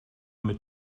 mit